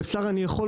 אז אני הייתי